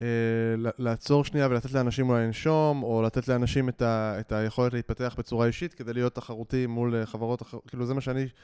לעצור שנייה ולתת לאנשים אולי לנשום או לתת לאנשים את היכולת להתפתח בצורה אישית כדי להיות תחרותי מול חברות אחרות, כאילו זה מה שאני